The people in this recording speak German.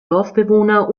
dorfbewohner